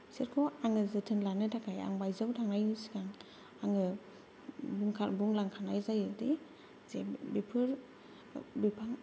बिसोरखौ आङो जोथोन लानो थाखाय आं बायजोआव थांनायनि सिगां आङो बुंखा बुंलांखानाय जायो दि जे बेफोर बिफां